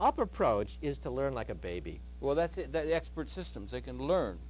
approach is to learn like a baby well that's it expert systems they can learn